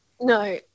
no